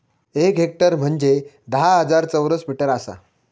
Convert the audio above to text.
एक हेक्टर म्हंजे धा हजार चौरस मीटर आसा